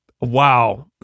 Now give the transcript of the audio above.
Wow